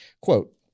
Quote